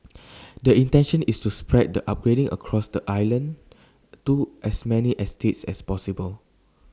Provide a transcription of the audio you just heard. the intention is to spread the upgrading across the island to as many estates as possible